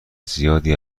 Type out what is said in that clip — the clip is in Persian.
زیادی